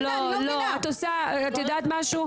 זה לא מה שהיא אומרת.